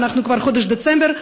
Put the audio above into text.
אנחנו כבר בחודש דצמבר,